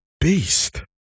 beast